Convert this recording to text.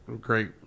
great